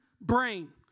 brain